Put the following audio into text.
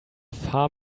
far